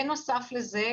בנוסף לזה,